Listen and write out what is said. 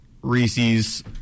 Reese's